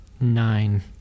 Nine